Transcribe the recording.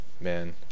man